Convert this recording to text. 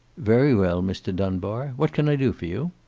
very well, mr. dunbar. what can i do for you?